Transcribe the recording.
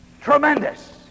Tremendous